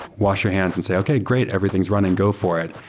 wash your hands and say, okay. great. everything is running. go for it.